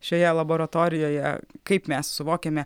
šioje laboratorijoje kaip mes suvokiame